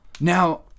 Now